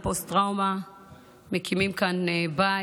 עם פוסט-טראומה,